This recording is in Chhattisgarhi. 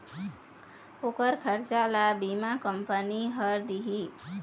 ओखर खरचा ल बीमा कंपनी ह दिही